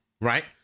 right